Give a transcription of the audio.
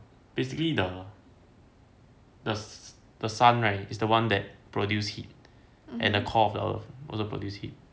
basically the sun right is the one that produce heat and the core of the earth also product heat